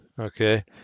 Okay